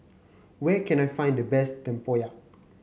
where can I find the best tempoyak